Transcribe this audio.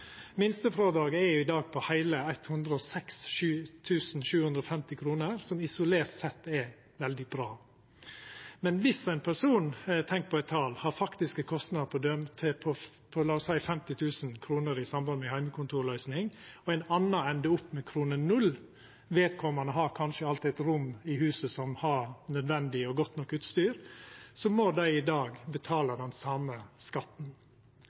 Minstefrådraget er i dag på heile 106 750 kr, som isolert sett er veldig bra. Men om ein person har faktiske kostnader på lat oss seia 50 000 kr i samband med heimekontorløysing, og ein annan endar opp med 0 kr fordi vedkomande alt kanskje har eit rom i huset som har nødvendig og godt nok utstyr, må dei i dag betala den same skatten.